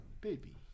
Baby